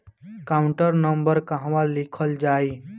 Account number कहवा लिखल जाइ?